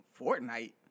Fortnite